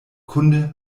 kunde